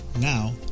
Now